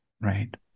right